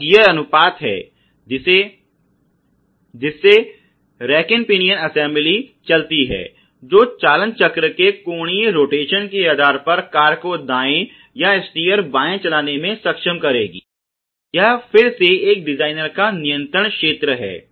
वह गियर अनुपात है जिससे रैकपिनियन असेंबली चलती है जो चालनचक्र के कोणीय रोटेशन के आधार पर कार को दाएं या स्टीयर बाएं चलाने में सक्षम करेगी यह फिर से एक डिजाइनर का नियंत्रण क्षेत्र है